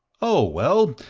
oh, well,